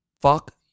Fuck